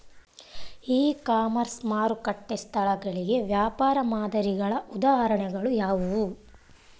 E commerce ಮಾರುಕಟ್ಟೆ ಸ್ಥಳಗಳಿಗೆ ವ್ಯಾಪಾರ ಮಾದರಿಗಳ ಉದಾಹರಣೆಗಳು ಯಾವುವು?